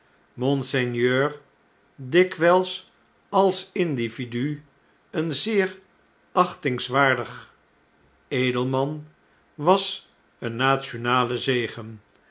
monseigneur dikwijls als individu een zeer achtingswaardig edelman was een nationale zegen